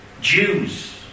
Jews